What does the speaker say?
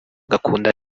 agakunda